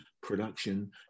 production